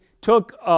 took